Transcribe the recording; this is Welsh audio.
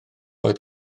oedd